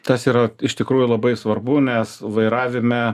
tas yra iš tikrųjų labai svarbu nes vairavime